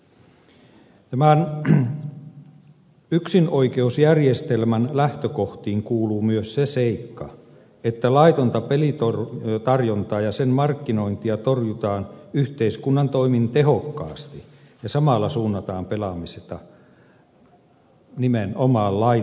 tämän yksinoikeusjärjestelmän lähtökohtiin kuuluu myös se seikka että laitonta pelitarjontaa ja sen markkinointia torjutaan yhteiskunnan toimin tehokkaasti ja samalla suunnataan pelaamista nimenomaan lailliseen pelaamiseen